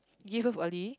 give birth early